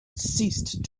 ceased